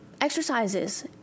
exercises